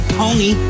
pony